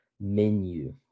Menu